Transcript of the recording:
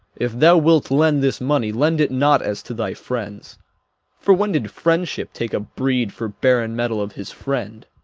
if thou wilt lend this money, lend it not as to thy friends for when did friendship take a breed for barren metal of his friend